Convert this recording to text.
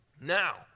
Now